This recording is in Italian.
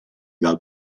dal